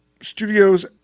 studios